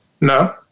No